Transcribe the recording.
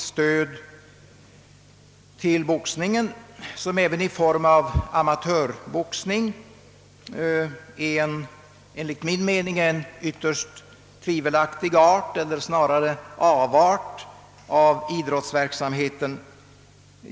Enligt min mening är även amatörboxningen en ytterst tvivelaktig art eller snarare avart av idrottsverksamheten.